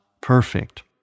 perfect